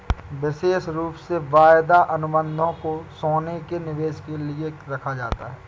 विशेष रूप से वायदा अनुबन्धों को सोने के निवेश के लिये रखा जाता है